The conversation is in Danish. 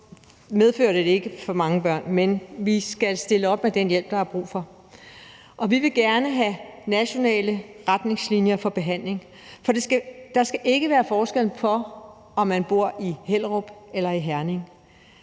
fører det ikke til det for mange børn, men vi skal stille op med den hjælp, der er brug for. Vi vil gerne have nationale retningslinjer for behandling, for der skal ikke være forskel på, om man bor i Hellerup eller i Herning,